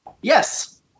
Yes